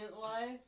life